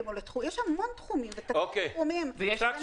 לומר: אני לא רוצה שיתקשרו אליי ושיציעו